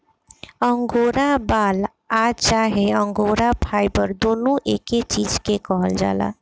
angora बाल आ चाहे अंगोरा फाइबर दुनो एके चीज के कहल जाला